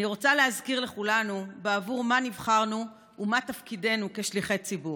אני רוצה להזכיר לכולנו בעבור מה נבחרנו ומה תפקידינו כשליחי ציבור.